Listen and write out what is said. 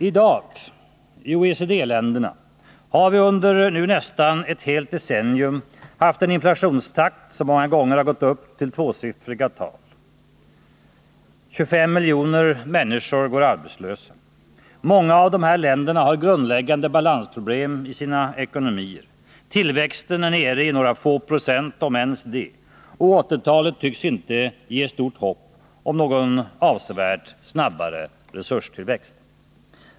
I OECD-länderna har vi under nu nästan ett helt decennium haft en inflationstakt som många gånger gått upp till tvåsiffriga tal. 25 miljoner människor går arbetslösa. Många av de här länderna har grundläggande balansproblem i sina ekonomier. Tillväxten är nere i några få procent, om ens det, och 1980-talet tycks inte ge stort hopp om någon avsevärt snabbare resurstillväxt.